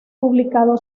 publicado